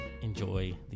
enjoy